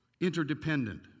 Interdependent